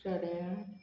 सड्यार